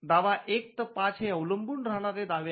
दावा १ ते ५ हे अवलंबून राहणारे दावे आहेत